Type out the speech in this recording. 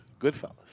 Goodfellas